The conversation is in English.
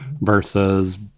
versus